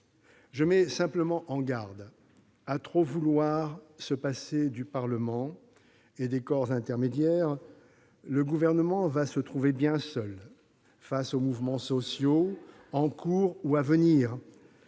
Je mets simplement en garde : à trop vouloir se passer du Parlement et des corps intermédiaires, le Gouvernement se trouvera bien seul face aux mouvements sociaux en cours ou à venir,